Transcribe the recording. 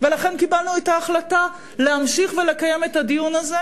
ולכן קיבלנו את ההחלטה להמשיך ולקיים את הדיון הזה,